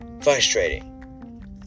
frustrating